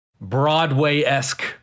broadway-esque